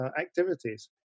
activities